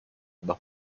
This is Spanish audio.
dos